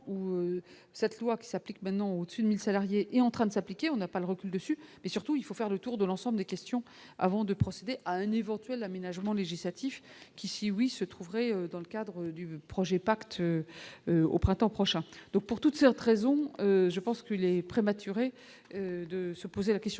où cette loi qui s'applique maintenant au-dessus de 1000 salariés est en train de s'appliquer, on n'a pas le recul dessus mais surtout, il faut faire le tour de l'ensemble des questions avant de procéder à un niveau. L'aménagement législatif qui si oui se trouverait dans le cadre du projet pacte au printemps prochain, donc pour toutes sortes raison je pense que il est prématuré de se poser la question